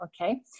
okay